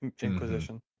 Inquisition